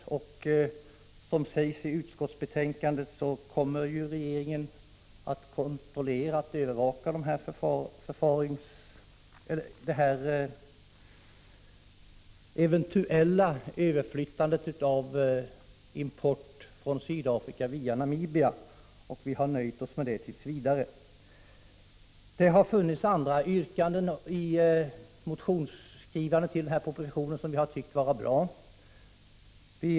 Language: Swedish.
Som sägs i betänkandet kommer regeringen att noga övervaka att import av sydafrikanska produkter inte går via Namibia, och vi har nöjt oss med det tills vidare. Det finns andra yrkanden i motioner med anledning av den här propositionen som jag tycker är bra.